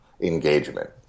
engagement